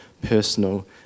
personal